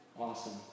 Awesome